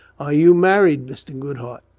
are you married, mr. goodhart?